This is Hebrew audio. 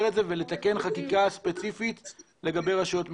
את זה ולתקן חקיקה ספציפית לגבי רשויות מקומיות.